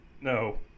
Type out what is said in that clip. No